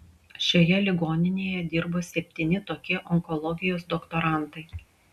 šioje ligoninėje dirbo septyni tokie onkologijos doktorantai